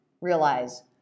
realize